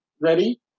ready